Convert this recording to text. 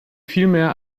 vielmehr